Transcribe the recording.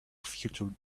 future